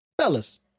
fellas